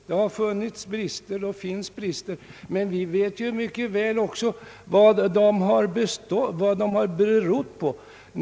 Det har rått brister och det råder brister, men vi vet också mycket väl vad dessa brister har berott på.